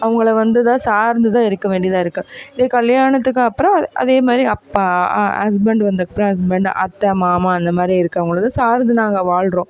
அவங்கள வந்துதான் சார்ந்துதான் இருக்க வேண்டியதாக இருக்குது இதே கல்யாணத்துக்கு அப்புறம் அதே மாதிரி அப்பா ஹஸ்பண்ட் வந்தப்புறம் ஹஸ்பண்ட் அத்தை மாமா அந்த மாதிரி இருக்கும்பொழுது சார்ந்து நாங்கள் வாழ்கிறோம்